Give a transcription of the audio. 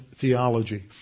theology